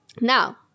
Now